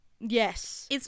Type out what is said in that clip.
Yes